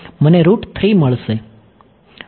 મને રૂટ 3 મળશે